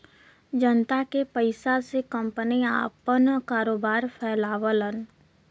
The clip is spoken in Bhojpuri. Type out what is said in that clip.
जनता के पइसा से कंपनी आपन कारोबार फैलावलन